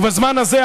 ובזמן הזה,